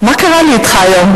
מה קרה לי אתך היום?